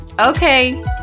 Okay